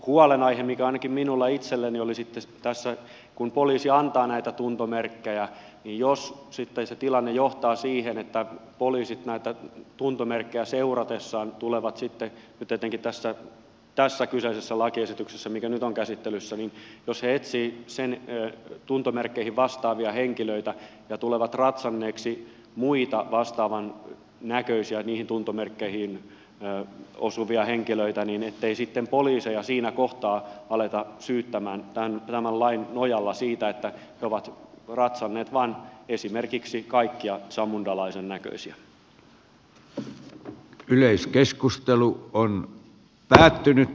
huolenaihe mikä ainakin minulla itselläni oli sitten tässä kun poliisi antaa näitä tuntomerkkejä niin jos sitten se tilanne johtaa siihen että poliisit näitä tuntomerkkejä seuratessaan nyt etenkin tässä kyseisessä lakiesityksessä mikä nyt on käsittelyssä etsiessään tuntomerkkeihin vastaavia henkilöitä tulevat ratsanneeksi muita vastaavannäköisiä niihin tuntomerkkeihin osuvia henkilöitä niin ettei sitten poliiseja siinä kohtaa aleta syyttämään tämän lain nojalla siitä että he ovat ratsanneet vain esimerkiksi kaikki zamundalaisen näköiset